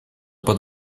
под